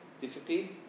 disappear